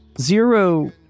zero